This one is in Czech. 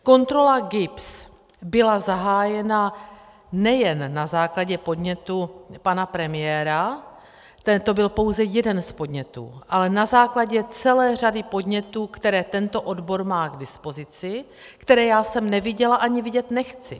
Kontrola GIBSu byla zahájena nejen na základě podnětu pana premiéra, to byl pouze jeden z podnětů, ale na základě celé řady podnětů, které tento odbor má k dispozici, které já jsem neviděla a ani vidět nechci.